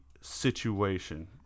situation